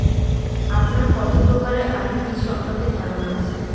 আপনার কত প্রকারের আলু বীজ সম্পর্কে ধারনা আছে?